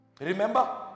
Remember